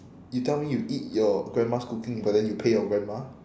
you tell me you eat your grandma's cooking but then you pay your grandma